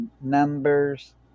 numbers